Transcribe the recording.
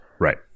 Right